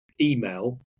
email